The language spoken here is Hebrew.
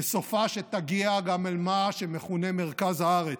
וסופה שתגיע גם אל מה שמכונה מרכז הארץ,